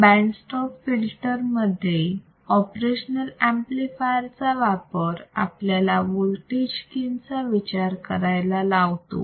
band stop filter मध्ये operational अंपलिफायरचा वापर आपल्याला वोल्टेज गेन चा विचार करायला लावतो